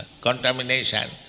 contamination